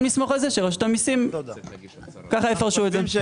לסמוך על זה שרשות המסים ככה יפרשו את זה.